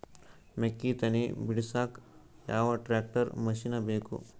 ಮೆಕ್ಕಿ ತನಿ ಬಿಡಸಕ್ ಯಾವ ಟ್ರ್ಯಾಕ್ಟರ್ ಮಶಿನ ಬೇಕು?